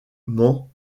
mans